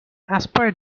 aspire